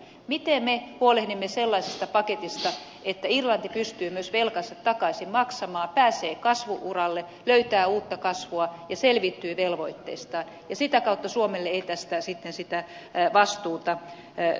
miten me huolehdimme sellaisesta paketista että irlanti myös pystyy velkansa takaisin maksamaan pääsee kasvu uralle löytää uutta kasvua ja selviytyy velvoitteistaan ja sitä kautta suomelle ei tästä sitten sitä vastuuta tule